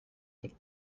but